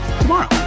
tomorrow